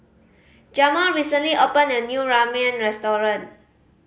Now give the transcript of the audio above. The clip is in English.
Jamaal recently opened a new Ramyeon Restaurant